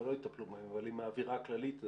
לא יטפלו בהם אבל אם האווירה הכללית היא